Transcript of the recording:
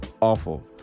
awful